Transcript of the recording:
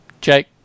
Jake